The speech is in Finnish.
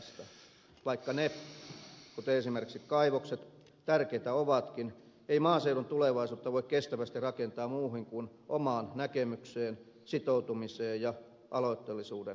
vaikka ne kuten esimerkiksi kaivokset tärkeitä ovatkin ei maaseudun tulevaisuutta voi kestävästi rakentaa muun kuin oman näkemyksen sitoutumisen ja aloitteellisuuden varaan